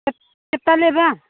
कितना लेबा